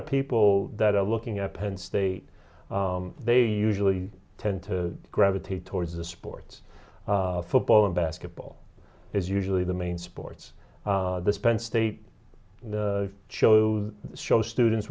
of people that are looking at penn state they usually tend to gravitate towards the sports football and basketball is usually the main sports this penn state chose show students